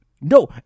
No